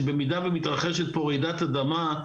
שאם מתרחשת פה רעידת אדמה,